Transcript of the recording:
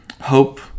hope